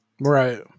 Right